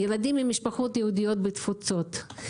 ילדים ממשפחות יהודיות בתפוצות.